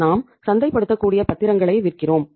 நாம் சந்தைப்படுத்தக்கூடிய பத்திரங்களை விற்கிறோம்